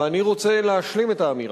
ואני רוצה להשלים את האמירה.